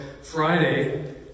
Friday